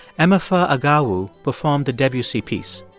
emefa agawu performed the debussy piece.